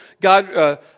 God